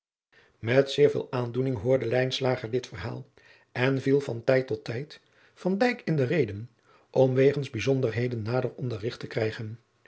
met zeer veel aandoening hoorde lijnslager dit verhaal en viel van tijd tot tijd van dijk in de reden om wegens bijzonderheden nader onderrigt te krijgen